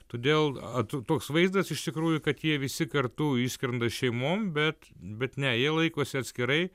todėl toks vaizdas iš tikrųjų kad jie visi kartu išskrenda šeimom bet bet ne jie laikosi atskirai